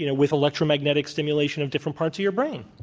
you know with electromagnetic stimulation of different parts of your brain.